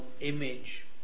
image